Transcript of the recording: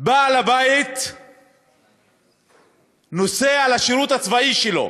בעל הבית נוסע לשירות הצבאי שלו